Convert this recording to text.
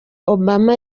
obama